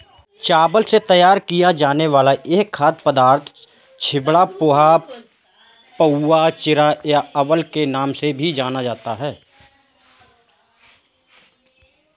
चावल से तैयार किया जाने वाला यह खाद्य पदार्थ चिवड़ा, पोहा, पाउवा, चिरा या अवल के नाम से भी जाना जाता है